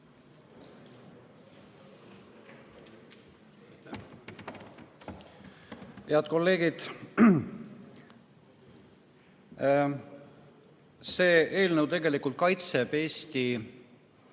Head kolleegid! See eelnõu tegelikult kaitseb Eesti